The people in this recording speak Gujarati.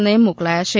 ને મોકલાયા છે